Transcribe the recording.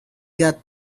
got